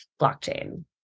blockchain